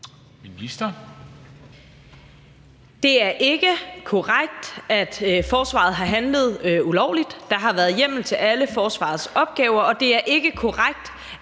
Det er ikke korrekt, at forsvaret har handlet ulovligt. Der har været hjemmel til alle forsvarets opgaver. Og det er ikke korrekt,